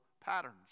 patterns